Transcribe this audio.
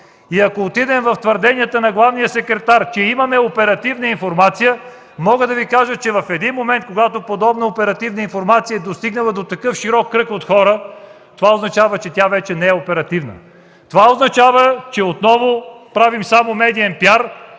Ако отидем в твърденията на главния секретар, че имаме оперативна информация, мога да Ви кажа, че в един момент, когато подобна оперативна информация е достигнала до такъв широк кръг от хора, това означава, че тя вече не е оперативна. Това означава, че отново правим само медиен PR,